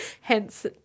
Hence